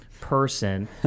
person